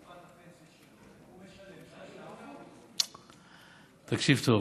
הוא משלם 3%. תקשיב טוב.